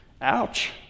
Ouch